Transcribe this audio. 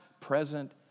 present